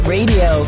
Radio